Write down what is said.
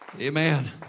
Amen